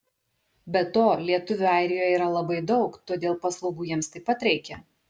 be to lietuvių airijoje yra labai daug todėl paslaugų jiems taip pat reikia